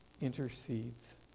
intercedes